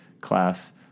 class